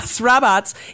Robots